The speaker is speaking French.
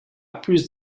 plus